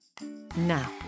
Now